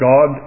God